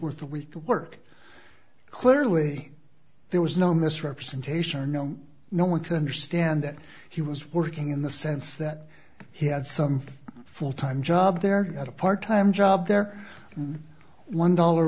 worth of we work clearly there was no misrepresentation or no no one can understand that he was working in the sense that he had some full time job there at a part time job there one dollar